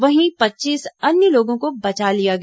वहीं पच्चीस अन्य लोगों को बंचा लिया गया